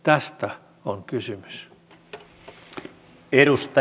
tästä on kysymys